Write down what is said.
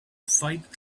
fight